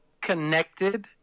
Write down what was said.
connected